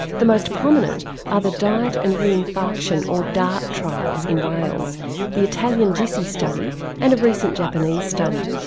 the most prominent are the diet and re-infarction or dart trials in wales the italian gissi study and a recent japanese study.